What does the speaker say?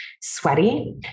sweaty